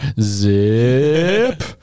zip